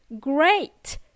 Great